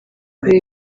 kureba